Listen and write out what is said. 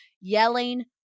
yelling